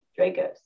Dragos